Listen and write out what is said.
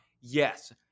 Yes